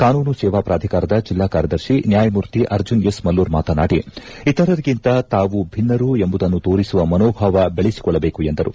ಕಾನೂನು ಸೇವಾ ಪ್ರಾಧಿಕಾರದ ಜಿಲ್ಲಾ ಕಾರ್ಯದರ್ಶಿ ನ್ಯಾಯಮೂರ್ತಿ ಅರ್ಜುನ್ ಎಸ್ ಮಲ್ಲೂರ್ ಮಾತನಾಡಿ ಇತರರಿಗಿಂತ ತಾವು ಭಿನ್ನರು ಎಂಬುದನ್ನು ತೋರಿಸುವ ಮನೋಭಾವ ಬೆಳೆಸಿಕೊಳ್ಳಬೇಕು ಎಂದರು